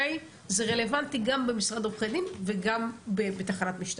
זה רלוונטי גם במשרד עורכי דין וגם בתחנת משטרה.